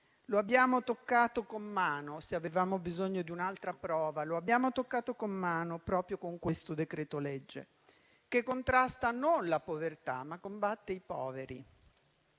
Lo abbiamo toccato con mano, se avevamo bisogno di un'altra prova, proprio con questo decreto-legge, che non contrasta la povertà, ma combatte i poveri.